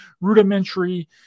rudimentary